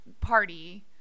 party